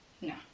no